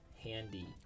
handy